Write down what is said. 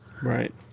right